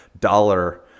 dollar